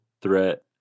threat